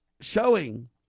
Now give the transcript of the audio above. showing